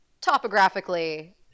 topographically